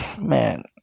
man